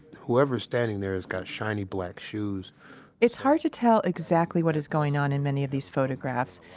whoever's standing there has got shiny black shoes it's hard to tell exactly what is going on in many of these photographs,